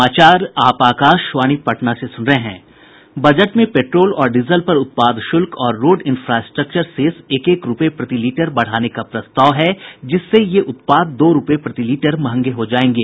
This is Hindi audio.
बजट में पेट्रोल और डीजल पर उत्पाद शुल्क और रोड इन्फ़ास्ट्रक्चर सेस एक एक रूपये प्रति लीटर बढ़ाने का प्रस्ताव है जिससे ये उत्पाद दो रूपये प्रति लीटर महंगे हो जायेंगे